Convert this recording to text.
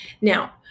Now